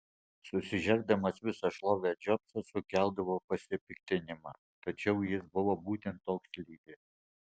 susižerdamas visą šlovę džobsas sukeldavo pasipiktinimą tačiau jis buvo būtent toks lyderis